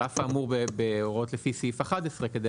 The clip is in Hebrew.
על אף האמור בהוראות לפי סעיף 11 כדי